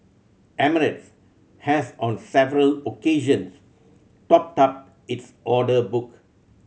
emirates has on several occasions topped up its order book